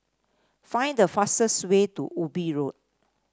find the fastest way to Ubi Road